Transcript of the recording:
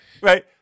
right